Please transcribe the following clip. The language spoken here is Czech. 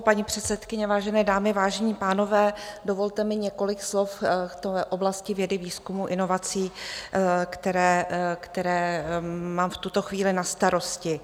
Paní předsedkyně, vážené dámy, vážení pánové, dovolte mi několik slov k oblasti vědy, výzkumu, inovací, které mám v tuto chvíli na starosti.